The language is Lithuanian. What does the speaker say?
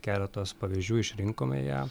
keletos pavyzdžių išrinkome ją